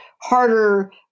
harder